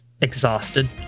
exhausted